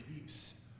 peace